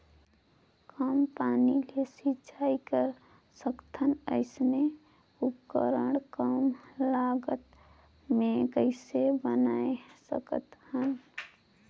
कम पानी ले सिंचाई कर सकथन अइसने उपकरण कम लागत मे कइसे बनाय सकत हन?